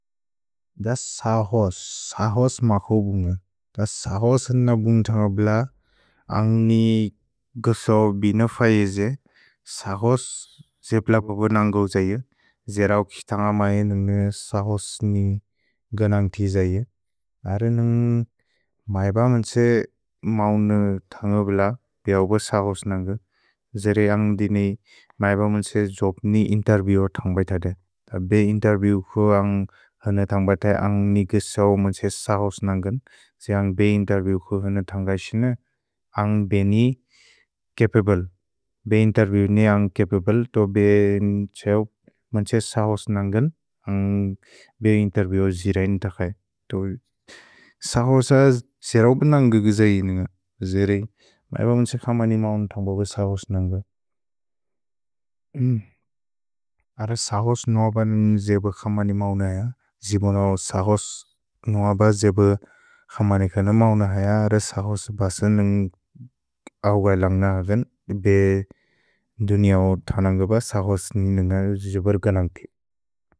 द स्क्सोस्, स्क्सोस् मक्स् बुन्ग। द स्क्सोस् न बुन्ग तन्गप्ल अन्ग् नि ग्सो बिन फये जे स्क्सोस् जेप्ल पोबो नन्ग्उ जये। जेरओ किक्स् तन्ग मए नुन्ग स्क्सोस् नि गनन्ग् ति जये। अर्र नुन्ग् मैब मन् त्से मौन तन्गप्ल बिअ ओब स्क्सोस् नन्ग्उ। जेरे अन्ग् दिनि मैब मन् त्से द्जोप्नि इन्तेर्विएव् तन्ग बैतदे। द बे इन्तेर्विएव् क्सु अन्ग् हन तन्ग बैतदे अन्ग् नि ग्सो मन् त्से स्क्सोस् नन्ग्न्। ज् अन्ग् बे इन्तेर्विएव् क्सु हन तन्ग इशिन। अन्ग् बेनि चपब्ले। भे इन्तेर्विएव् नि अन्ग् चपब्ले। तो बे त्सेओ मन् त्से स्क्सोस् नन्ग्न्। अन्ग् बे इन्तेर्विएव् जिरेइन् तक्से। स्क्सोस जेर् बिन नन्ग्उ जये नुन्ग जेरेइन्। मैब मन् त्से क्समनि मौन तन्ग बोग स्क्सोस् नन्ग्उ। अर्र स्क्सोस् नोअब ज्ब क्समनि मौन अय। जिब्न्उ स्क्सोस् नोअब ज्ब क्समनि कन्उ मौन अय। अर्र स्क्सोस् बस नुन्ग् अव्गय् लन्ग अव्न्। भे दुन्औ तनन्ग्उ ब स्क्सोस् नि नुन्ग द्जोपर् गनन्ग् ति।